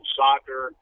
soccer